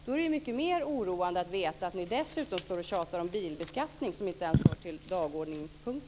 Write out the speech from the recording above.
Det är desto mer oroande att ni dessutom tjatar om bilbeskattningen, som inte alls hör till denna dagordningspunkt.